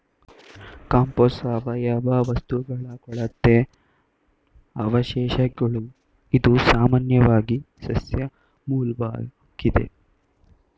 compost ಸಾವಯವ ವಸ್ತುಗಳ ಕೊಳೆತ ಅವಶೇಷಗಳು ಇದು ಸಾಮಾನ್ಯವಾಗಿ ಸಸ್ಯ ಮೂಲ್ವಾಗಿದೆ